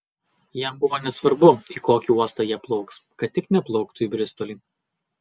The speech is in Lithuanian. jam buvo nesvarbu į kokį uostą jie plauks kad tik neplauktų į bristolį